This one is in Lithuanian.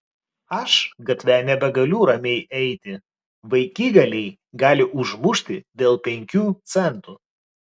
aš gatve nebegaliu ramiai eiti vaikigaliai gali užmušti dėl penkių centų